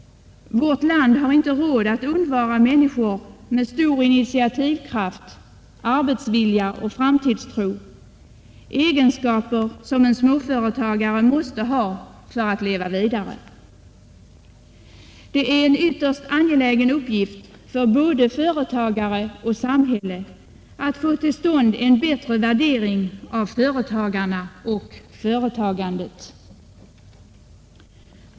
Vårt land har inte råd att undvara människor med stor initiativkraft, arbetsvilja och framtidstro — egenskaper som en småföretagare måste ha för att kunna leva vidare. Det är en ytterst angelägen uppgift för både företagare och samhälle att få till stånd en bättre värdering av företagarna och företagandet.